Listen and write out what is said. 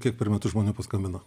kiek per metus žmonių paskambino